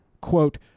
quote